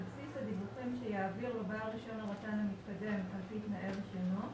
על בסיס הדיווחים שיעביר לו בעל רישיון הרט"ן המתקדם על פי תנאי רישיונו